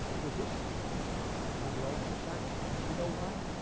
put his son on the altar sacrifice. you know why?